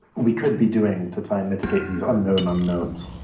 we could be doing to try and mitigate these unknown unknowns.